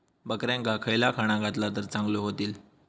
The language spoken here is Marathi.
बकऱ्यांका खयला खाणा घातला तर चांगल्यो व्हतील?